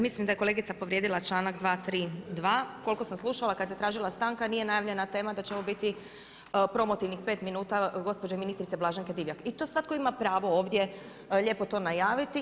Mislim da je kolegica povrijedila članak 232. koliko sam sluša kad se tražila stanka, nije najavljena tema da će ovo biti promotivnih 5 minuta gospođe ministrice Blaženke Divjak i to svatko ima pravo ovdje lijepo to najaviti.